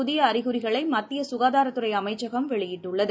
புதியஅறிகுறிகளைமத்தியசுகாதாரத்துறைஅமைச்சகம் வெளியிட்டுள்ளது